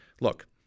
look